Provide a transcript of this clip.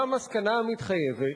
מה המסקנה המתחייבת?